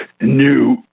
new